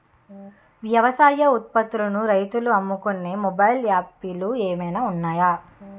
వ్యవసాయ ఉత్పత్తులను రైతులు అమ్ముకునే మొబైల్ యాప్ లు ఏమైనా ఉన్నాయా?